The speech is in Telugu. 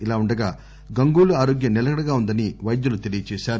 ఇలా ఉండగా గంగూలీ ఆరోగ్యం నిలకడగా ఉందని వైద్యులు తెలియజేశారు